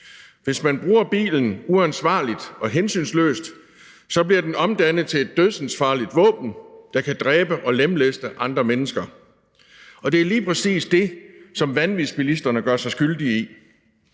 hvis man bruger bilen uansvarligt og hensynsløst, bliver den omdannet til et dødsensfarligt våben, der kan dræbe og lemlæste andre mennesker. Det er lige præcis det, som vanvidsbilisterne gør sig skyldige i.